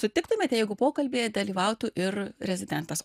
sutiktumėte jeigu pokalbyje dalyvautų ir rezidentas